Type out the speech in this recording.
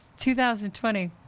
2020